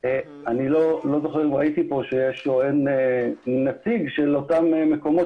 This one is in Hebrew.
אני לא יודע אם נמצא כאן נציג של אותם מקומות